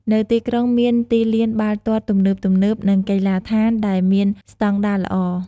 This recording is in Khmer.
នៅទីក្រុងមានទីលានបាល់ទាត់ទំនើបៗ និងកីឡដ្ឋានដែលមានស្តង់ដារល្អ។